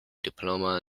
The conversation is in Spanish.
diploma